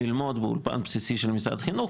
ללמוד באולפן בסיסי של משרד החינוך,